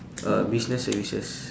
uh business services